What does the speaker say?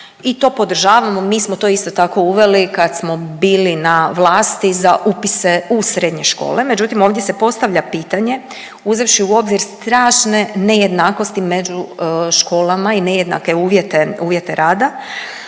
i to podržavamo. Mi smo to isto tako uveli kad smo bili na vlasti za upise u srednje škole, međutim ovdje se postavlja pitanje uzevši u obzir strašne nejednakosti među školama i nejednake uvjete rada